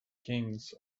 kings